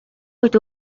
үед